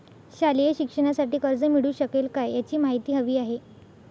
शालेय शिक्षणासाठी कर्ज मिळू शकेल काय? याची माहिती हवी आहे